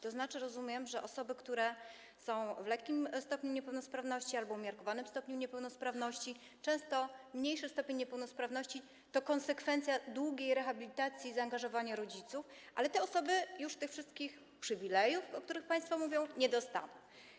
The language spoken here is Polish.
To znaczy, rozumiem, że osoby, które mają lekki stopień niepełnosprawności albo umiarkowany stopień niepełnosprawności - często mniejszy stopień niepełnosprawności to konsekwencja długiej rehabilitacji i zaangażowania rodziców - już tych wszystkich przywilejów, o których państwo mówią, nie dostaną.